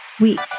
week